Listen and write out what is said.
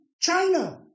China